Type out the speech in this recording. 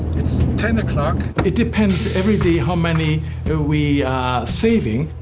it's ten o'clock. it depends every day how many we saving.